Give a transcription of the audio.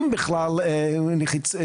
אם בכלל נחוץ,